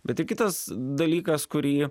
bet ir kitas dalykas kurį